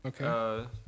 Okay